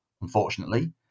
unfortunately